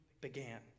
began